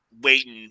waiting